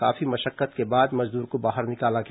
काफी मशक्कत के बाद मजदूर को बाहर निकाला गया